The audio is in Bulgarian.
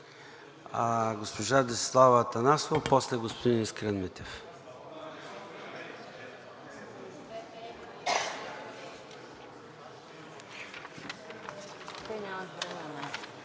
е. Госпожа Десислава Атанасова, после – господин Искрен Митев.